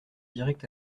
direct